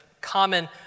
common